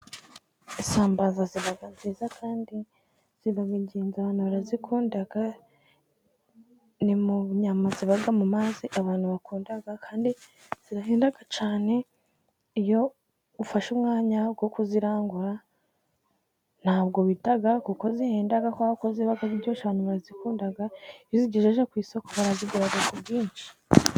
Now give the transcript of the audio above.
Isambaza ziba nziza kandi ziba ingenzi abantu barazikunda, ni mu nyama ziba mu mazi abantu bakunda kandi zirahenda cyane, iyo ufashe umwanya wo kuzirangura, ntabwo bita ko zihenda kubera ko ziba ziryoshye abantu barazikunda, iyo uzigejeje ku isoko barazigura ku bwinshi.